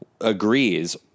agrees